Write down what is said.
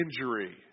injury